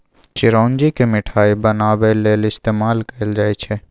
चिरौंजी केँ मिठाई बनाबै लेल इस्तेमाल कएल जाई छै